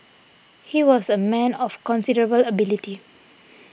he was a man of considerable ability